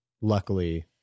luckily